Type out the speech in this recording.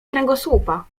kręgosłupa